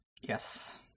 Yes